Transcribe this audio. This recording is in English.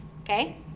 okay